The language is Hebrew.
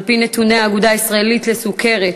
על-פי נתוני האגודה הישראלית לסוכרת,